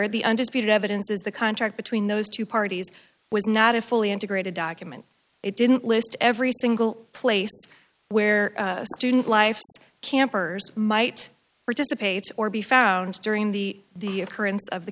the undisputed evidence is the contract between those two parties was not a fully integrated document it didn't list every single place where student life campers might participate or be found during the the occurrence of the